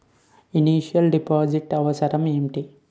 Initial deposit అవసరం ఏమిటి?